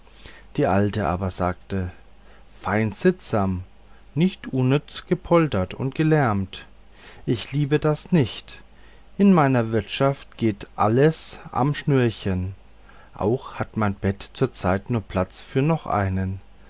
die alte aber sagte fein sittsam nicht unnütz gepoltert und gelärmt ich liebe das nicht in meiner wirtschaft geht alles am schnürchen auch hat mein bette zur zeit nur platz für noch einen